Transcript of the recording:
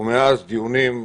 ומאז דיונים,